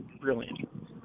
brilliant